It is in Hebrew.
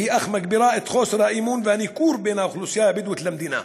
והיא אך מגבירה את חוסר האמון והניכור בין האוכלוסייה הבדואית למדינה.